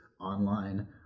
online